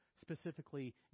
specifically